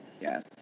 yes